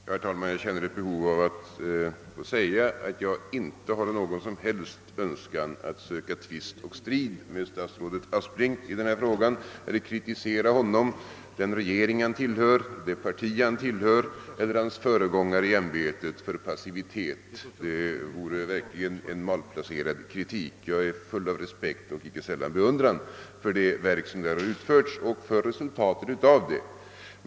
Herr talman! Jag känner ett behov av att få säga att jag inte har någon som helst önskan att söka tvist och strid med statsrådet Aspling i denna fråga eller kritisera honom, den regering han tillhör, det parti han tillhör eller hans föregångare i ämbetet för passivitet. Det vore verkligen malplacerad kritik. Jag är full av respekt och icke sällan beundran för det verk som därvidlag utförts och för resultaten av det.